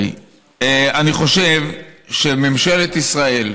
אני חושב שממשלת ישראל,